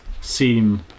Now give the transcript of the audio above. seem